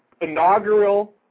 inaugural –